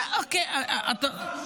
בין צה"ל והחמאס,